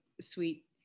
sweet